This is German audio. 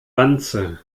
wanze